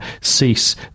cease